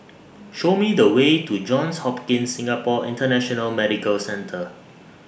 Show Me The Way to Johns Hopkins Singapore International Medical Centre